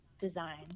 design